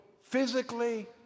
physically